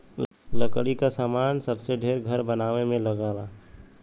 लकड़ी क सामान सबसे ढेर घर बनवाए में लगला